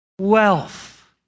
wealth